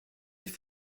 sich